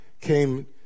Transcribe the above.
Came